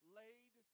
laid